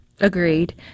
Agreed